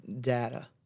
data